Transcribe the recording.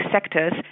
sectors